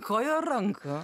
kojų ar rankų